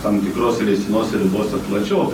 tam tikros leistinose ribose plačiau